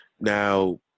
now